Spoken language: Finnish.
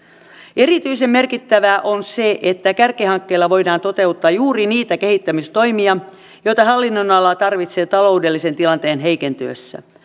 erityisen merkittävää on se että kärkihankkeilla voidaan toteuttaa juuri niitä kehittämistoimia joita hallinnonala tarvitsee taloudellisen tilanteen heikentyessä